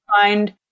find